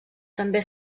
també